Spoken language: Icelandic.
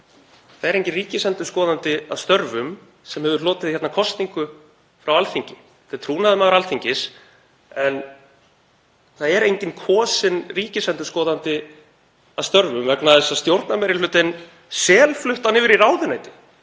það er enginn ríkisendurskoðandi að störfum sem hefur hlotið kosningu frá Alþingi. Þetta er trúnaðarmaður Alþingis en það er enginn kosinn ríkisendurskoðandi að störfum vegna þess að stjórnarmeirihlutinn selflutti hann yfir í ráðuneyti